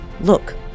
Look